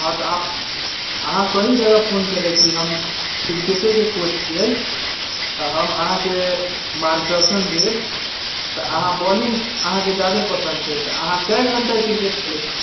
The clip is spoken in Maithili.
हँ तऽ अहाँ सही जगह फोन केले छी हम क्रिकेटे के कोच छियै तऽ हम अहाँके मार्गदर्शन देब तऽ अहाँ बॉलिंग अहाँके जादे पसन्द छै तऽ अहाँ कए घंटा क्रिकेट खेलै छियै